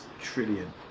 trillion